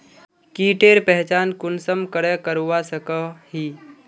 कीटेर पहचान कुंसम करे करवा सको ही?